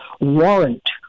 warrant